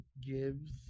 gives